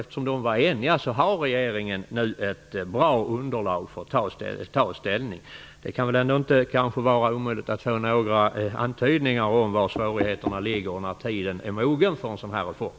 Eftersom kommittén var enig har regeringen nu ett bra underlag för att ta ställning. Det kan väl ändå inte vara omöjligt att få några antydningar om vari svårigheterna ligger och när tiden är mogen för en reform.